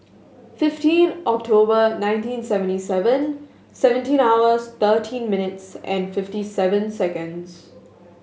fifteen October nineteen seventy seven seventeen hours thirteen minutes and fifty seven seconds